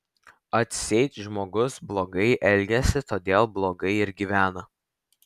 atseit žmogus blogai elgiasi todėl blogai ir gyvena